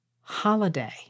holiday